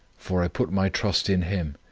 for i put my trust in him,